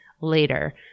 later